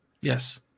Yes